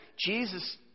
Jesus